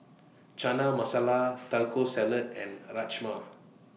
Chana Masala Taco Salad and Rajma